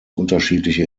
unterschiedliche